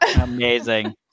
Amazing